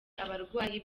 abarwayi